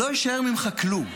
לא יישאר ממך כלום,